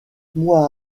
mois